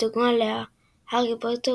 בדומה להארי פוטר,